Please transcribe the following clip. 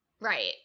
right